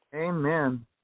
Amen